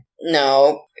No